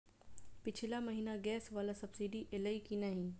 पिछला महीना गैस वला सब्सिडी ऐलई की नहि?